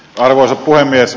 arvoisa puhemies